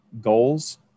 goals